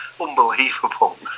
unbelievable